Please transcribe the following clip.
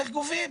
איך גובים.